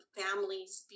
families